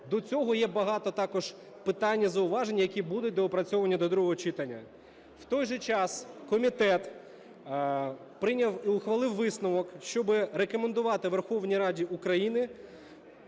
До цього є багато також питань і зауважень, які будуть доопрацьовані до другого читання. В той же час, комітет прийняв і ухвалив висновок, щоб рекомендувати Верховній Раді України